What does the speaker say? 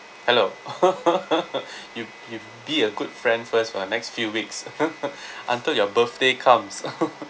hello you you be a good friend first for the next few weeks until your birthday comes